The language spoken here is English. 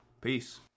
peace